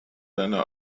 deiner